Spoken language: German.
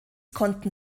konnten